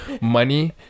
money